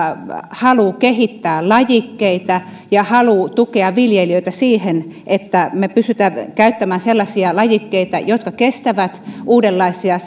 halu kehittää lajikkeita ja halu tukea viljelijöitä siihen että me pystymme käyttämään sellaisia lajikkeita jotka kestävät uudenlaisia